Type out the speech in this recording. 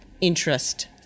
interest